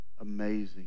amazing